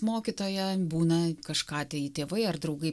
mokytoją būna kažką tai tėvai ar draugai